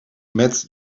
met